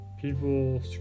People